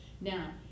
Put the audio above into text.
Now